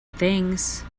things